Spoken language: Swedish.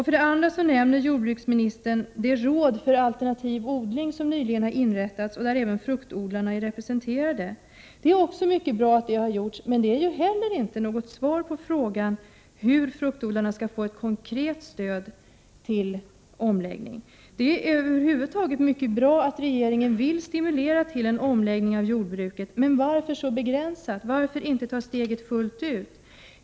För det andra nämner jordbruksministern det råd för alternativ odling som nyligen inrättats och i vilket även fruktodlarna är representerade. Detta är också mycket bra, men det är inte heller något svar på frågan hur fruktodlarna skall få ett konkret stöd till omläggning. Det är över huvud taget mycket bra att regeringen vill stimulera till en omläggning av jordbruket, men varför så begränsat — varför inte ta steget fullt ut?